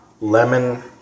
Lemon